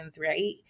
right